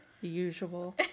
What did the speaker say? usual